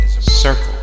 circle